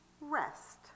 rest